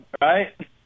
right